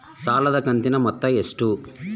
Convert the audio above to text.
ಸಾಲದ ಕಂತಿನ ಮೊತ್ತ ಎಷ್ಟು?